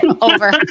over